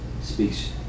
speaks